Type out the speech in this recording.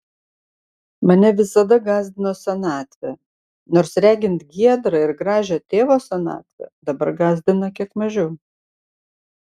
mane visada gąsdino senatvė nors regint giedrą ir gražią tėvo senatvę dabar gąsdina kiek mažiau